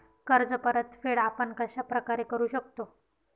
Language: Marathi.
कर्ज परतफेड आपण कश्या प्रकारे करु शकतो?